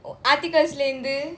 articles leh இருந்து:irunthu